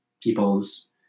people's